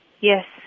yes